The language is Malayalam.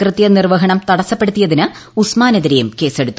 കൃത്യനി്ർവ്വഹണം തടസ്സപ്പെടുത്തിയതിന് ഉസ്മാനെതിരെയും കേസെടുത്തു